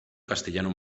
castellano